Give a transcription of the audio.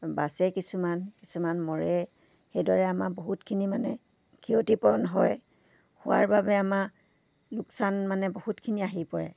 বাছে কিছুমান কিছুমান মৰে সেইদৰে আমাৰ বহুতখিনি মানে ক্ষতিপূৰণ হয় হোৱাৰ বাবে আমাৰ লোকচান মানে বহুতখিনি আহি পৰে